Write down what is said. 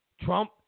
Trump